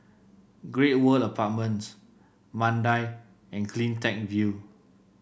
Great World Apartments Mandai and CleanTech View